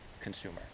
consumer